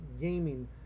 gaming